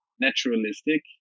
naturalistic